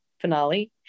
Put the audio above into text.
finale